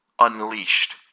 unleashed